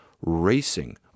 racing